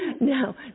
Now